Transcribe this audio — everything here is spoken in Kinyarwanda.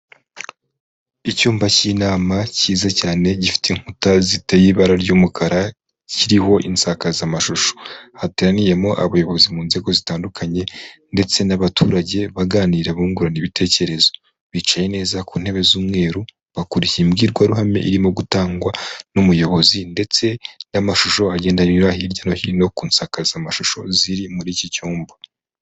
Icyumba cy'inama cyiza cyane gifite inkuta ziteye ibara ry'umukara, kiriho insakazamashusho, hateraniyemo abayobozi mu nzego zitandukanye ndetse n'abaturage baganira bungurana ibitekerezo, bicaye neza ku ntebe z'umweru bakurikiye imbwirwaruhame irimo gutangwa n'umuyobozi ndetse n'amashusho agenda anyura hirya no hino ku nsakazamashusho ziri muri iki cyumba.